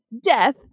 death